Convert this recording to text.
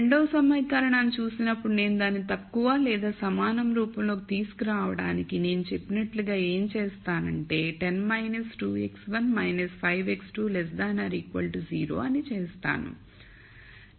రెండవ సమీకరణాన్ని చూసినప్పుడు నేను దాన్ని తక్కువ లేదా సమానం రూపంలోకి తీసుకురావడానికి నేను చెప్పినట్లుగా ఏం చేస్తానంటే 10 2 x1 5 x2 0 చేస్తాను